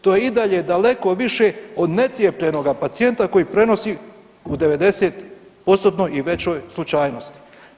To je i dalje daleko više od necijepljenoga pacijenta koji prenosi u 90%-tnoj i većoj slučajnosti.